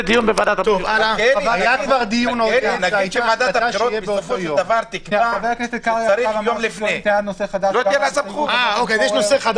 חבר הכנסת קרעי כבר אמר שהוא טוען טענת נושא חדש.